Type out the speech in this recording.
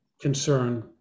concern